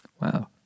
Wow